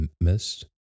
missed